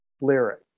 lyric